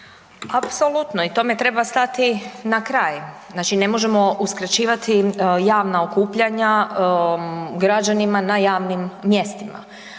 Apsolutno tome treba stati na kraj. Znači ne možemo uskraćivati javna okupljanja građanima na javnim mjestima,